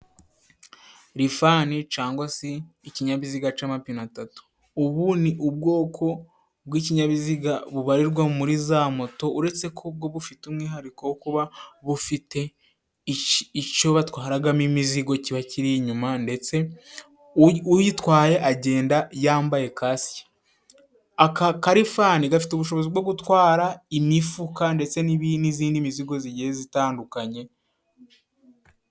Lifani, cangwa si ikinyabiziga c’amapine atatu. Ubu ni ubwoko bw’ikinyabiziga bubarirwa muri za moto, uretse ko bwo bufite umwihariko wo kuba bufite icyo batwaragamo imizigo kiba kiri inyuma, ndetse uyitwaye agenda yambaye kasike. Aka ka lifani gafite ubushobozi bwo gutwara imifuka, ndetse n’izindi mizigo zigiye zitandukanye.